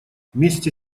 вместе